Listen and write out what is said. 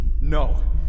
No